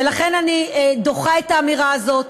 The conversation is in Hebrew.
ולכן אני דוחה את האמירה הזאת.